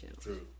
True